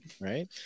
right